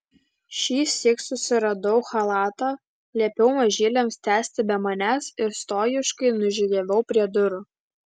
šįsyk susiradau chalatą liepiau mažyliams tęsti be manęs ir stojiškai nužygiavau prie durų